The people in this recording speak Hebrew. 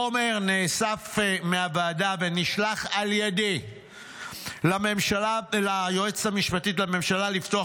החומר נאסף מהוועדה ונשלח על ידי ליועצת המשפטית לממשלה לפתוח